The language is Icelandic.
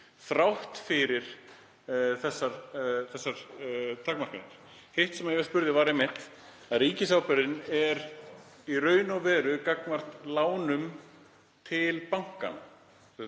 þrátt fyrir þær takmarkanir. Hitt sem ég spurði um var að ríkisábyrgðin er í raun og veru gagnvart lánum til bankanna.